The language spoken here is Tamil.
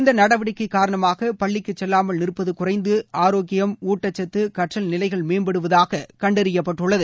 இந்த நடவடிக்கை காரணமாக பள்ளிக்குச் செல்லாமல் நிற்பது குறைந்து ஆரோக்கியம் ஊட்டச்சத்து கற்றல் நிலைகள் மேம்படுவதாக கண்டறியப்பட்டுள்ளது